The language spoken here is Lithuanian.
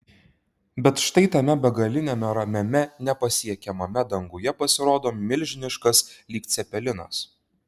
bet štai tame begaliniame ramiame nepasiekiamame danguje pasirodo milžiniškas lyg cepelinas